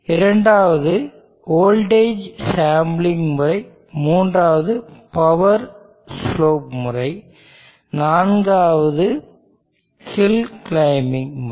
இரண்டாவது voltage sampling முறை மூன்றாவது பவர் ஸ்லோப் முறை நான்காவது ஒன்று ஹில் கிளிம்பிங் முறை